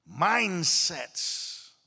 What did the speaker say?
mindsets